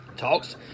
talks